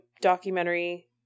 documentary